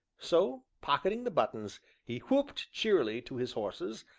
so, pocketing the buttons, he whooped cheerily to his horses,